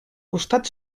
costat